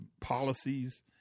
policies